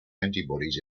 antibodies